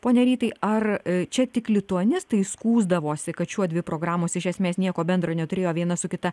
pone rytai ar čia tik lituanistai skųsdavosi kad šiuodvi programos iš esmės nieko bendro neturėjo viena su kita